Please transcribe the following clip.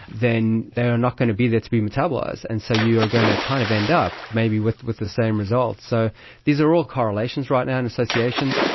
then they are not going to be there to be metabolised, and so you are going to kind of end up maybe with with the same result. so these are all correlations right now and associations,